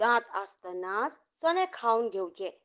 दांत आसतनाच चणे खावन घेवचे